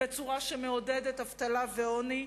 בצורה שמעודדת אבטלה ועוני,